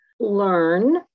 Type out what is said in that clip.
Learn